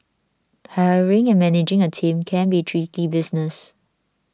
hiring and managing a team can be tricky business